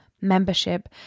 membership